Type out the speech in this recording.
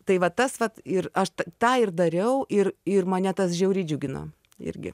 tai va tas vat ir aš tą ir dariau ir ir mane tas žiauriai džiugino irgi